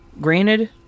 Granted